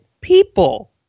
people